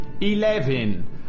Eleven